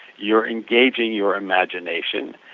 you're engaging your imagination,